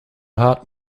hart